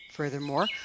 Furthermore